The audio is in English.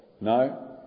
No